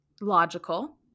logical